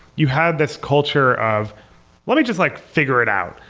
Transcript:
you have this culture of let me just like figure it out.